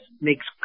makes